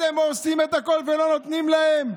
אתם הורסים את הכול ולא נותנים להם.